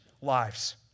lives